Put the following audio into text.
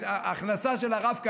ההכנסה של הרב כהנא,